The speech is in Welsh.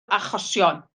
achosion